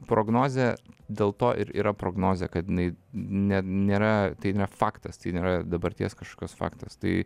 prognozė dėl to ir yra prognozė kad jinai ne nėra tai faktas tai nėra dabarties kažkios faktas tai